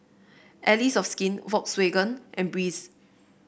Allies of Skin Volkswagen and Breeze